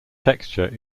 texture